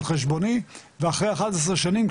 על חשבוני ואחרי 11 שנים,